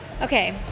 Okay